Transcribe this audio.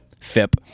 Fip